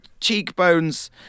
cheekbones